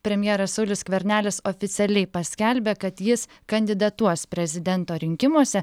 premjeras saulius skvernelis oficialiai paskelbė kad jis kandidatuos prezidento rinkimuose